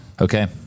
Okay